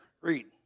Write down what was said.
read